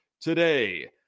today